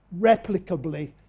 replicably